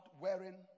wearing